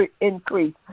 increase